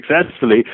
successfully